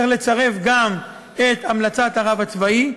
צריך לצרף גם את המלצת הרב הצבאי,